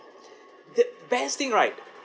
the best thing right